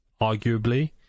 arguably